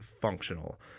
functional